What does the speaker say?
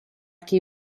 qui